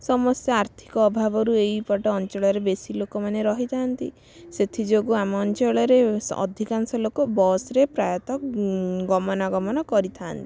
ସମସ୍ତେ ଆର୍ଥିକ ଅଭାବରୁ ଏଇ ପଟ ଅଞ୍ଚଳରେ ବେଶୀ ଲୋକମାନେ ରହିଥାନ୍ତି ସେଥିଯୋଗୁଁ ଆମ ଅଞ୍ଚଳରେ ଅଧିକାଂଶ ଲୋକ ବସରେ ପ୍ରାୟତଃ ଗମନାଗମନ କରିଥାନ୍ତି